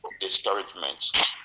discouragement